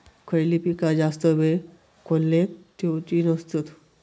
खयली पीका जास्त वेळ खोल्येत ठेवूचे नसतत?